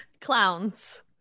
Clowns